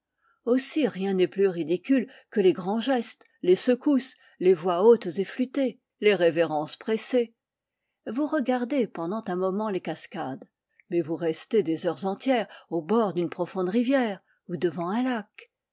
aussi rien n'est-il plus ridicule que les grands gestes les secousses les voix hautes et flûtées les révérences pressées vous regardez pendant un moment les cascades mais vous restez des heures entières au bord d'une profonde rivière ou devant un lac